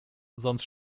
sonst